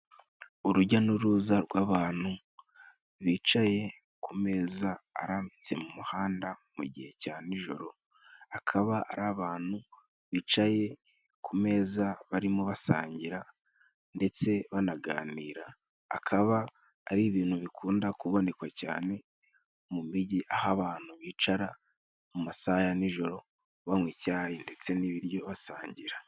Urujya n'uruza rw'abantu bicaye ku meza arambitse mu muhanda mu gihe cya nijoro. Akaba ari abantu bicaye ku meza barimo basangira, ndetse banaganira. Akaba ari ibintu bikunda kuboneka cyane mu mijyi, aho abantu bicara mu masaha ya nijoro banywa icyayi ndetse n'ibiryo basangira.